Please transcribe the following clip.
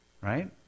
right